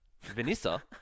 Vanessa